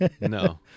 no